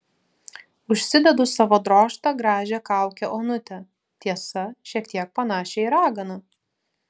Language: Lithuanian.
užsidedu savo drožtą gražią kaukę onutę tiesa šiek tiek panašią į raganą